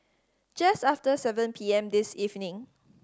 just after seven P M this evening